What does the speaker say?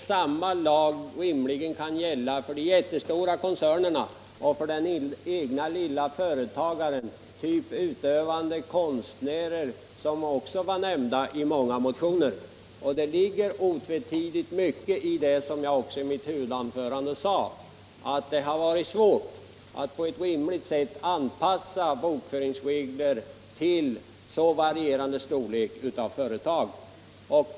Tanken var att samma lag icke rimligen kan gälla för de jättestora koncernerna och för de små egenföretagarna, av typen utövande konstnärer, som också nämnts i många motioner. Det ligger otvivelaktigt mycket i det som jag i mitt huvudanförande sade, nämligen att det varit svårt att på ett rimligt sätt anpassa samma bokföringsregler till så varierande företagsstorlekar.